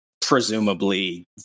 presumably